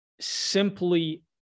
simply